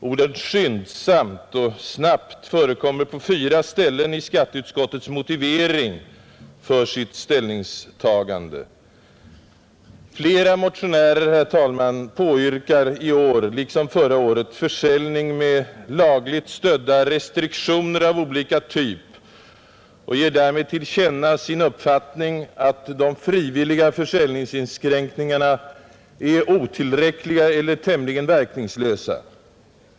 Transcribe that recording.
Orden ”skyndsamt” och ”snabbt” förekommer på fyra ställen i motiveringen för Flera motionärer påyrkar i år liksom förra året försäljning med lagligt stödda restriktioner av olika typ och ger därmed till känna sin uppfattning att de frivilliga försäljningsinskränkningarna är otillräckliga eller tämligen verkningslösa.